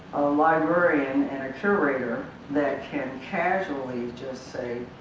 librarian and a curator that can casually just say,